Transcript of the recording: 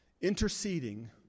interceding